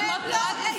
אז בואי,